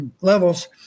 levels